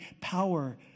power